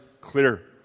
clear